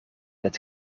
het